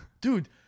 Dude